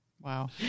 Wow